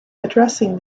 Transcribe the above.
addressing